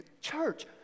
Church